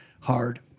Hard